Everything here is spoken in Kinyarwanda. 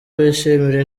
bishimira